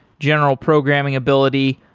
general programming ability,